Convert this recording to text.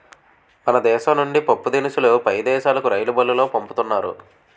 మన దేశం నుండి పప్పుదినుసులు పై దేశాలుకు రైలుబల్లులో పంపుతున్నారు